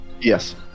Yes